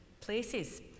places